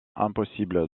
impossible